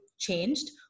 changed